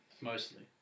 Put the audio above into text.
Mostly